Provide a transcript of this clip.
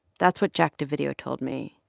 that's what jack dovidio told me.